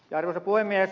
arvoisa puhemies